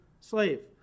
slave